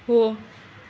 हो